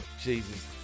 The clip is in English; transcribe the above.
Jesus